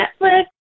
netflix